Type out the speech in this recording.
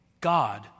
God